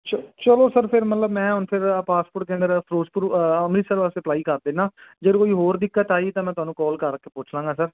ਚਲੋ ਸਰ ਫਿਰ ਮਤਲਬ ਮੈਂ ਹੁਣ ਫਿਰ ਪਾਸਪੋਰਟ ਕੇਂਦਰ ਫਿਰੋਜਪੁਰ ਅੰਮ੍ਰਿਤਸਰ ਵਾਸਤੇ ਅਪਲਾਈ ਕਰ ਦੇਣਾ ਜੇ ਕੋਈ ਹੋਰ ਦਿੱਕਤ ਆਈ ਤਾਂ ਮੈਂ ਤੁਹਾਨੂੰ ਕਾਲ ਕਰਕੇ ਪੁੱਛ ਲਾਂਗਾ ਸਰ